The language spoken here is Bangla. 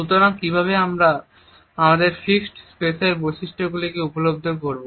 সুতরাং কিভাবে আমরা আমাদের ফিক্সট স্পেসের বৈশিষ্ট্যগুলি কে উপলব্ধি করব